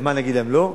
אז מה, נגיד להם לא?